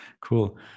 Cool